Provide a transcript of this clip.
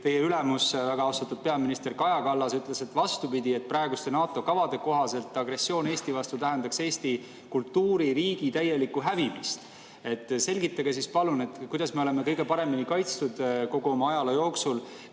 teie ülemus, väga austatud peaminister Kaja Kallas ütles, et vastupidi, praeguste NATO kavade kohaselt agressioon Eesti vastu tähendaks Eesti kultuuri ja riigi täielikku hävimist. Selgitage palun, kuidas me oleme kõige paremini kaitstud kogu oma ajaloo jooksul,